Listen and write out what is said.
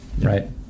Right